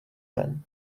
ven